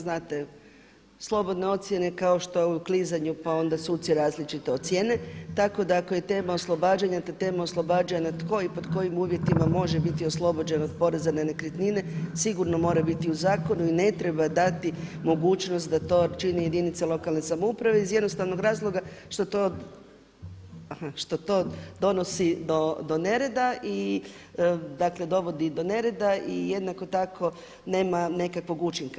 Znate, slobodne ocjene kao što je u klizanju pa onda suci različito ocijene, tako da ako je tema oslobađanja da tema oslobađanja tko i pod kojim uvjetima može biti oslobođen od poreza na nekretnine, sigurno mora biti u zakonu i ne treba dati mogućnost da to čini jedinica lokalne samouprave iz jednostavnog razloga što to donosi do nereda i dovodi do nereda i jednako tako nema nekakvog učinka.